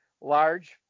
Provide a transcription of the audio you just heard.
large